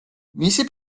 მისი